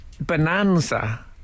Bonanza